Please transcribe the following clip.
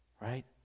Right